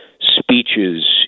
speeches